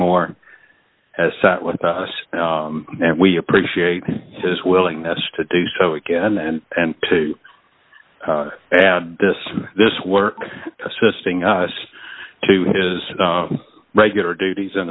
moore has sat with us and we appreciate his willingness to do so again and to add this this work assisting us to his regular duties in